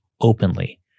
openly